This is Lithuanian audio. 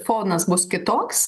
fonas bus kitoks